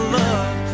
love